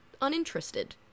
uninterested